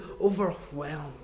overwhelmed